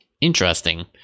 Interesting